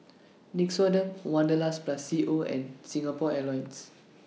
Nixoderm Wanderlust Plus C O and Singapore Airlines